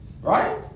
Right